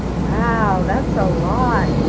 wow, that's a lot.